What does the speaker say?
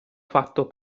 fatto